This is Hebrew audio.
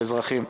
לאזרחים.